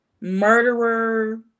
murderer